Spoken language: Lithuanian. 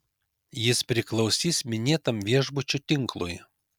jis priklausys minėtam viešbučių tinklui